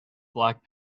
black